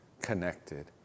connected